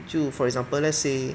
就 for example let's say